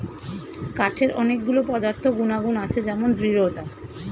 কাঠের অনেক গুলো পদার্থ গুনাগুন আছে যেমন দৃঢ়তা